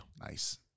Nice